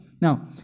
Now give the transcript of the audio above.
Now